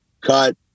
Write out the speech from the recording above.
cut